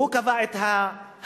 והוא קבע את האמרה,